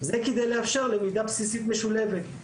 זה כדי לאפשר למידה בסיסית משולבת.